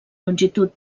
longitud